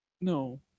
No